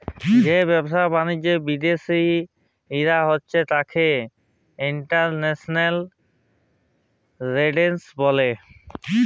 যে ব্যাবসা বালিজ্য বিদ্যাশে কইরা হ্যয় ত্যাকে ইন্টরন্যাশনাল টেরেড ব্যলে